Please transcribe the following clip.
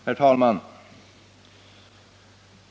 Herr talman!